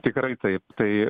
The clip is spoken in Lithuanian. tikrai taip tai